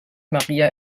maría